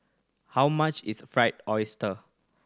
how much is Fried Oyster